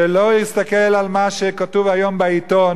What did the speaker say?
שלא יסתכל על מה שכתוב היום בעיתון